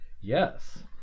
yes